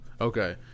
Okay